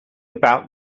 about